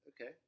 Okay